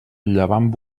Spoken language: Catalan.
llevant